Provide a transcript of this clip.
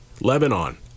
Lebanon